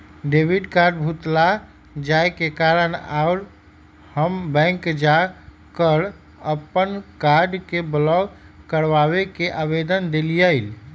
debit card भुतला जाय के कारण आइ हम बैंक जा कऽ अप्पन कार्ड के ब्लॉक कराबे के आवेदन देलियइ